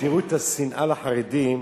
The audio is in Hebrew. תראו את השנאה לחרדים.